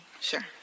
Sure